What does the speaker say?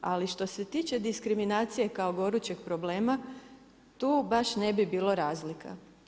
Ali, što se tiče diskriminacije kao gorućeg problema, tu baš ne bi bilo razlike.